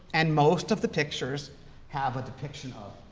and most of the pictures have a depiction of,